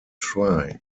try